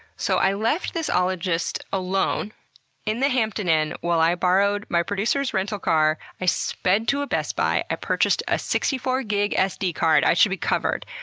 so i left this ologist alone in the hampton inn while i borrowed my producer's rental car, i sped to a best buy, i purchased a sixty four gig sd card, i should be covered.